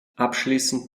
abschließend